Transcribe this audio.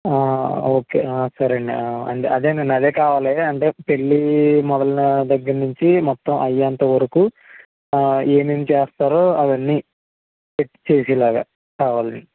okay సరేనండి అదేనండి అదే కావాలి అంటే పెళ్ళి మొదలు దగ్గర నుంచి మొత్తం అంతా అయ్యే అంత వరకు ఏమేమి చేస్తారో అవన్నీ పెట్టి చేసే లాగా కావాలండి